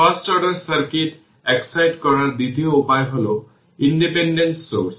first order circuit excite করার দ্বিতীয় উপায় হল ইন্ডিপেন্ডেন্ট সোর্স